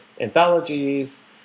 anthologies